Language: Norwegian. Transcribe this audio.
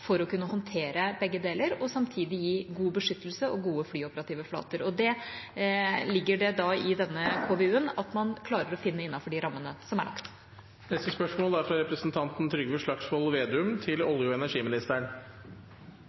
for å kunne håndtere begge deler, og samtidig gi god beskyttelse og gode flyoperative flater. Det ligger det i denne KVU-en at man klarer å finne innenfor de rammene som er lagt. Jeg leser opp følgende spørsmål: «Går konsesjonsbehandlingen av den private utenlandskabelen NorthConnect som planlagt, og